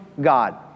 God